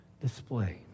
display